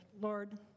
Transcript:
Lord